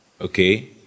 okay